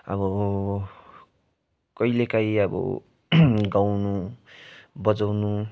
अब कहिले काहीँ अब गाउनु बजाउनु